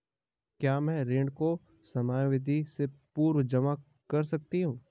क्या मैं ऋण को समयावधि से पूर्व जमा कर सकती हूँ?